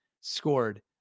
scored